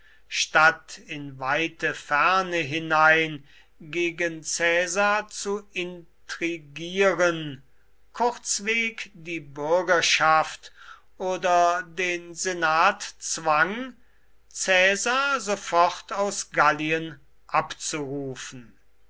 statt in weite ferne hinein gegen caesar zu intrigieren kurzweg die bürgerschaft oder den senat zwang caesar sofort aus gallien abzurufen